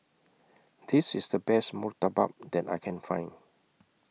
This IS The Best Murtabak that I Can Find